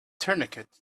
tourniquet